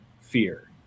fear